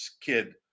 kid